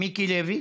מיקי לוי,